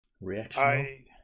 Reaction